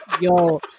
Yo